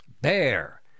bear